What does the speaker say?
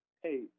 Hey